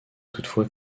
toutefois